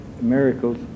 miracles